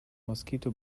mosquito